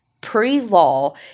pre-law